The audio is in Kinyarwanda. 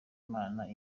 imana